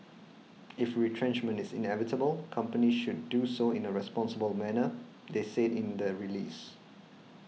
if retrenchment is inevitable companies should do so in a responsible manner they said in the release